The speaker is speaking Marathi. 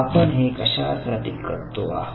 आपण हे कशासाठी करतो आहोत